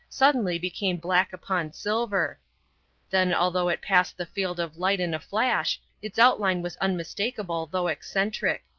suddenly became black upon silver then although it passed the field of light in a flash its outline was unmistakable though eccentric.